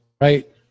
right